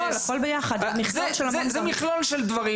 זה מכלול של דברים.